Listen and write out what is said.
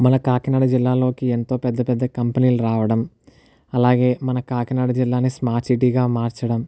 మన కాకినాడ జిల్లాలోకి ఎంతో పెద్దపెద్ద కంపెనీలు రావడం అలాగే మన కాకినాడ జిల్లాని స్మార్ట్ సిటీ గా మార్చడం